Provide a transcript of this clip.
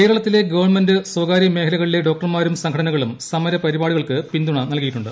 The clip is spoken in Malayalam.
കേരളത്തിലെ ഗവൺമെന്റ് സ്വകാര്യ മേഖലയിലെ ഡോക്ടർമാരും സംഘടനകളും സമരപരിപാടികൾക്കു പിന്തുണ നൽകിയിട്ടുണ്ട്